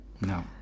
No